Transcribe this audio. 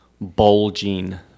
bulging